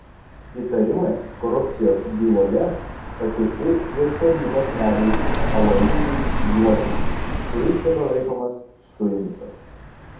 įtarimai korupcijos byloje pateikti ir tarybos nariui aloyzui juodžiui kuris tebelaikomas suimtas